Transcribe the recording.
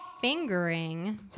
Fingering